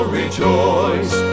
rejoice